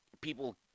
people